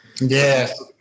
Yes